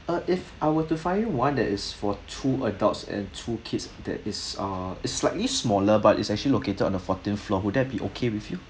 uh if I were to find you one that is for two adults and two kids that is ah is slightly smaller but it's actually located on the fourteenth floor would that be okay with you